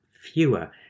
fewer